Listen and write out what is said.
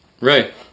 Right